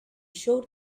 showed